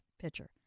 pitcher